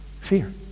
fear